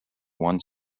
one